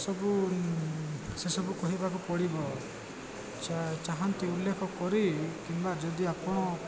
ସବୁ ସେସବୁ କହିବାକୁ ପଡ଼ିବ ଚାହାନ୍ତି ଉଲ୍ଲେଖ କରି କିମ୍ବା ଯଦି ଆପଣ